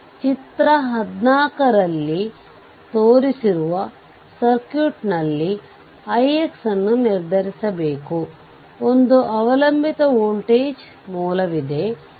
ಮತ್ತು RThevenin ಪಡೆಯಲು ಎಲ್ಲಾ ಸ್ವತಂತ್ರ ಮೂಲಗಳನ್ನು ಆಫ್ ಮಾಡಲಾಗುತ್ತದೆ ಇದರರ್ಥ ಇದನ್ನು ಪಡೆಯಲು ಈ ವೋಲ್ಟೇಜ್ ಮೂಲತೆರೆಯಬೇಕು